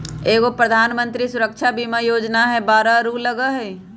एगो प्रधानमंत्री सुरक्षा बीमा योजना है बारह रु लगहई?